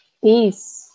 peace